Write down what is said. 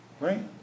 Right